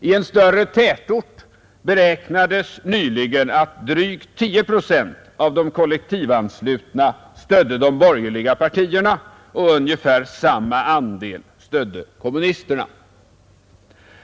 I en större tätort beräknades nyligen att drygt 10 procent av de kollektivanslutna stödde de borgerliga partierna, och ungefär samma andel stödde kommunisterna.